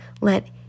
Let